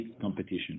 competition